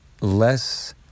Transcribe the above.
less